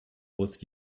with